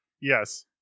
Yes